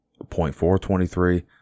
0.423